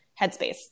headspace